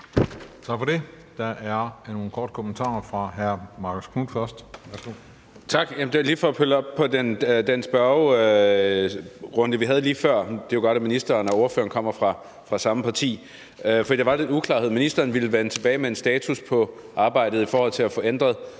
er først hr. Marcus Knuth. Værsgo. Kl. 13:49 Marcus Knuth (KF): Tak. Det var lige for at følge op på den spørgerunde, vi havde lige før – og det er jo godt, at ministeren og ordføreren kommer fra samme parti – for der var lidt uklarhed. Ministeren ville vende tilbage med en status på arbejdet med at få ændret